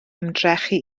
ymdrechu